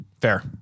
Fair